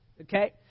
Okay